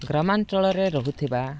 ଗ୍ରାମାଞ୍ଚଳରେ ରହୁଥିବା